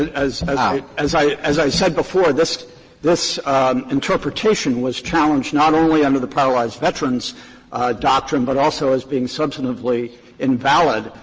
and as as i as i said before, this this interpretation was challenged not only under the paralyzed veterans doctrine, but also as being substantively invalid.